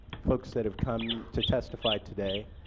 folks that have come to testify today.